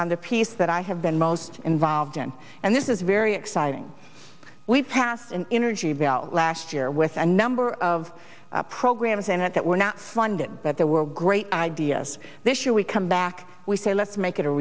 on the piece that i have been most involved in and this is very exciting we passed an energy bill last year with a number of programs and it that we're not funded but there were great ideas this year we come back we say let's make it a